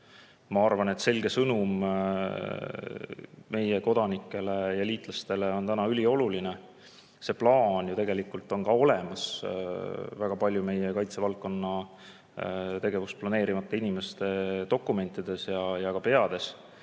Ma arvan, et selge sõnum meie kodanikele ja liitlastele on täna ülioluline. See plaan tegelikult on olemas väga paljude meie kaitsevaldkonna tegevust planeerivate inimeste dokumentides ja peades.